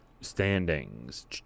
Standings